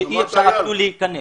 שאי אפשר אפילו להיכנס.